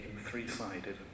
three-sided